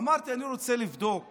אמרתי, אני רוצה לבדוק